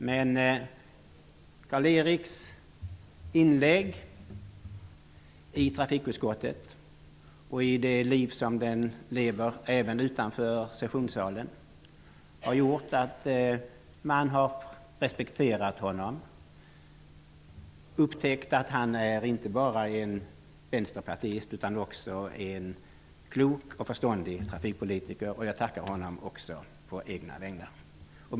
Men Karl-Erik Perssons inlägg i trafikutskottet och även utanför sessionssalen har gjort att man har respekterat honom. Man har kunnat upptäcka att han inte bara är en vänsterpartist utan också en klok och förståndig trafikpolitiker. Jag tackar också honom på egna vägnar. Herr talman!